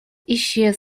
исчез